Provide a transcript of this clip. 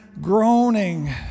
groaning